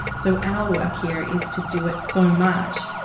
so our work here is to do it so much,